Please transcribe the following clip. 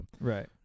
Right